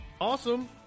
Awesome